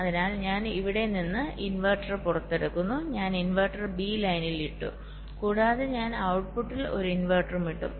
അതിനാൽ ഞാൻ ഇവിടെ നിന്ന് ഇൻവെർട്ടർ പുറത്തെടുക്കുന്നു ഞാൻ ഇൻവെർട്ടർ ബി ലൈനിൽ ഇട്ടു കൂടാതെ ഞാൻ ഔട്ട്പുട്ടിൽ ഒരു ഇൻവെർട്ടറും ഇട്ടു